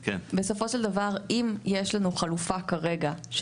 בסופו של דבר אם יש לנו חלופה כרגע של